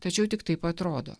tačiau tik taip atrodo